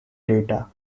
data